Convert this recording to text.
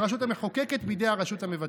המחוקקת בידי הרשות המבצעת.